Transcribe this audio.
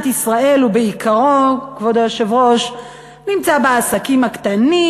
ישראל בעיקרו נמצא בעסקים הקטנים,